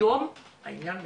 היום העניין מסודר.